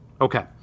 Okay